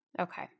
Okay